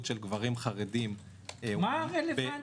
של גברים חרדים בשוק העבודה -- מה זה רלוונטי?